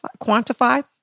Quantify